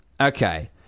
okay